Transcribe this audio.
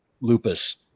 lupus